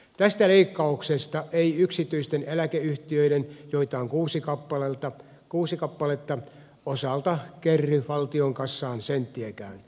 tästä leikkauksesta ei yksityisten eläkeyhtiöiden joita on kuusi kappaletta osalta kerry valtion kassaan senttiäkään